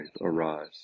arise